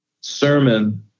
sermon